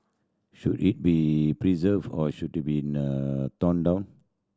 should it be preserved or should it be torn down